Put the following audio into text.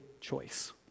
choice